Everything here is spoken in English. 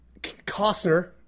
Costner